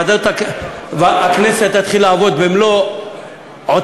ועדת הכנסת תתחיל לעבוד במלוא עוצמתה,